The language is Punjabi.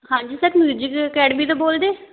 ਹਾਂਜੀ ਸਰ ਤੁਸੀਂ ਊਜ਼ਿਕ ਅਕੈਡਮੀ ਤੋਂ ਬੋਲਦੇ